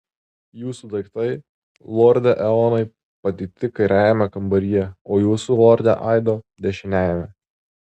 jūsų daiktai lorde eonai padėti kairiajame kambaryje o jūsų lorde aido dešiniajame